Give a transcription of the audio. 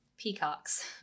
peacocks